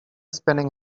spinning